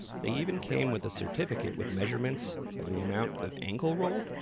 they even came with a certificate with measurements of the amount of ankle roll,